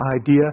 idea